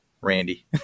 randy